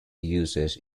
uses